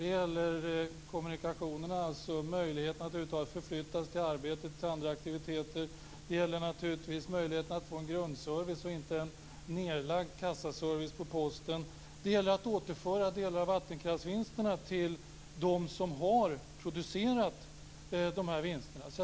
Det gäller kommunikationerna, möjligheten att över huvud taget förflytta sig till arbetet och till andra aktiviteter. Det gäller naturligtvis möjligheterna att få en grundservice och inte en nedlagd kassaservice på posten. Det gäller också att överföra delar av vattenkraftsvinsterna till dem som har producerat dessa vinster. Fru talman!